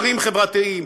פערים חברתיים?